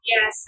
Yes